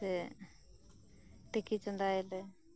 ᱥᱮ ᱛᱤᱠᱤ ᱪᱚᱫᱟᱭᱟᱞᱮ